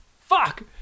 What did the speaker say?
Fuck